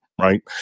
right